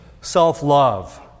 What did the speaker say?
self-love